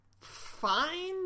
fine